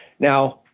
now,